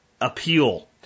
appeal